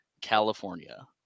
California